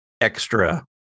extra